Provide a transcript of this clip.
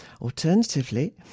Alternatively